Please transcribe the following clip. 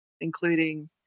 including